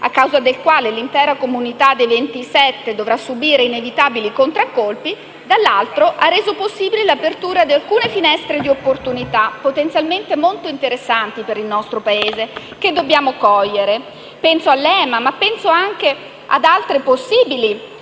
a causa del quale l'intera comunità dei 27 dovrà subire inevitabili contraccolpi, dall'altro ha reso possibile l'apertura di alcune finestre di opportunità potenzialmente molto interessanti per il nostro Paese, che dobbiamo cogliere. Penso all'EMA, ma anche ad altre possibili